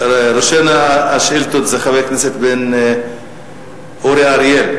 ראשון שואל השאילתות זה חבר הכנסת אורי אריאל,